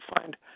find